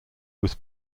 was